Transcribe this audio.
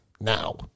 now